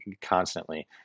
constantly